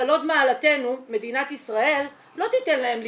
אבל עוד מעלתנו, מדינת ישראל, לא תיתן להם להיכנס.